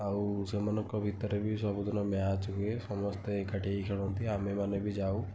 ଆଉ ସେମାନଙ୍କର ଭିତରେବି ସବୁଦିନ ମ୍ୟାଚ୍ ହୁଏ ସମସ୍ତେ ଏକାଠି ହୋଇକି ଖେଳନ୍ତି ଆମ୍ଭେ ମାନେବି ଯାଉ